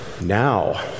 Now